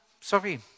sorry